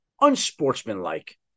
unsportsmanlike